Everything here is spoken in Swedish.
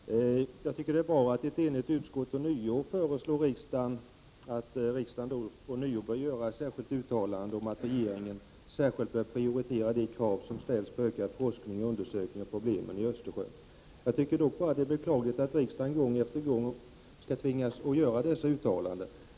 Herr talman! Det är bra att ett enigt utskott föreslår att riksdagen ånyo skall göra ett uttalande om att regeringen särskilt bör prioritera de krav som ställs på ökad forskning och undersökning av problemen i Östersjön. Det är dock beklagligt att riksdagen gång efter gång skall tvingas göra dessa uttalanden.